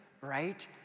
right